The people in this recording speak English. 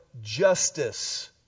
justice